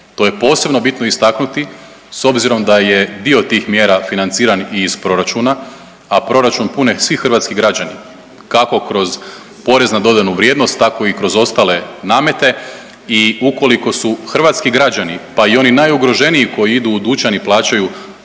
To je posebno bitno istaknuti s obzirom da je dio tih mjera financirana iz proračuna, a proračun pune svi hrvatski građani kako kroz PDV, tako i kroz ostale namete i ukoliko su hrvatski građani, pa i oni najugroženiji koji idu u dućan i plaćaju